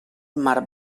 mar